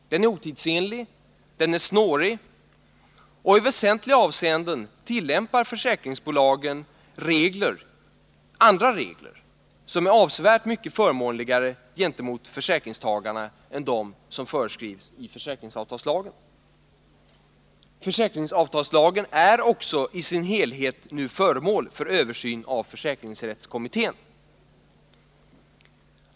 Den är otidsenlig. Den är snårig, och i väsentliga avseenden tillämpar försäkrings Konsumentförsäkbolagen regler som är avsevärt mycket förmånligare gentemot försäkringsringslag tagarna än dem som föreskrivs i försäkringsavtalslagen. Lagen är också i sin helhet föremål för översyn av försäkringsrättskommittén.